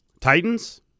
Titans